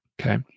Okay